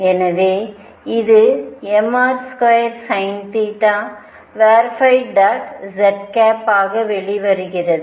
எனவே இது mr2sinθz ஆக வெளிவருகிறது